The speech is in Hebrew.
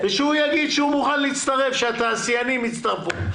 מכלול ימי בידוד בנוי מחמישה ימי עבודה ושני ימי חופשה.